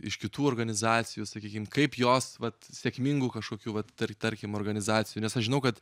iš kitų organizacijų sakykim kaip jos vat sėkmingų kažkokių vat tar tarkim organizacijų nes aš žinau kad